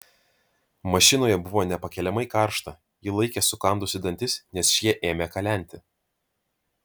mašinoje buvo nepakeliamai karšta ji laikė sukandusi dantis nes šie ėmė kalenti